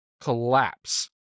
collapse